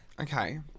Okay